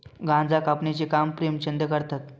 गांजा कापण्याचे काम प्रेमचंद करतात